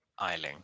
Eiling